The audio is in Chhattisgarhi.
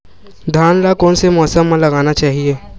धान ल कोन से मौसम म लगाना चहिए?